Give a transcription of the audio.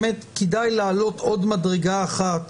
באמת כדאי לעלות עוד מדרגה אחת